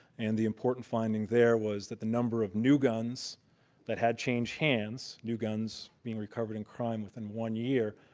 and the important finding there was that the number of new guns that had changed hands, new guns being recovered in crime within one year,